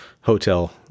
hotel